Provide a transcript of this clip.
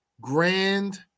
grand